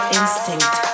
instinct